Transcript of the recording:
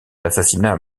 assassinat